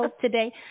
today